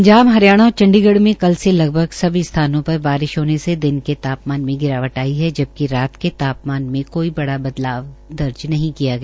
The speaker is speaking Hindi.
पंजाब हरियाणा और चंडीगढ़ में कल से लगभग सभी स्थानों पर बारिश होने से दिन के तापमान में गिरावट आई है जबकि रात के तापमान में कोई बड़ा बदलाव दर्ज नहीं किया गया